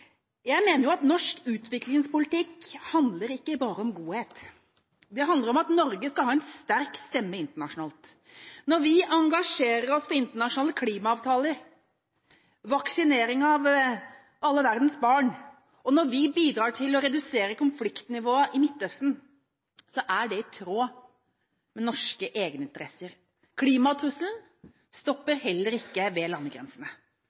Jeg mener at norsk utviklingspolitikk ikke bare handler om godhet. Det handler om at Norge skal ha en sterk stemme internasjonalt. Når vi engasjerer oss for internasjonale klimaavtaler og vaksinering av alle verdens barn, og når vi bidrar til å redusere konfliktnivået i Midtøsten, er det i tråd med norske egeninteresser. Klimatrusselen stopper heller ikke ved landegrensene.